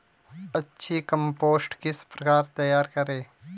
अच्छी कम्पोस्ट किस प्रकार तैयार करें?